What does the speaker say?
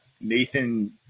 Nathan